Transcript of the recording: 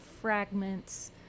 fragments